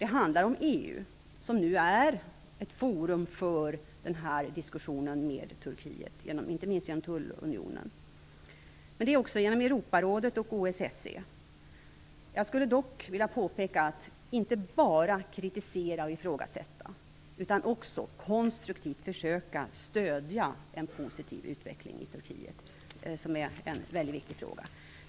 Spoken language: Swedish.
Det handlar också om EU, som nu är ett forum för diskussionen med Turkiet - inte minst genom tullunionen. Man kan också gå genom Europarådet och OSSE. Jag skulle dock vilja påpeka att det inte bara handlar om att kritisera och ifrågasätta, utan också om att konstruktivt försöka stödja en positiv utveckling i Turkiet. Det är en väldigt viktig fråga.